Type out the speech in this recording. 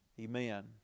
Amen